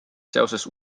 seoses